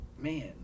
Man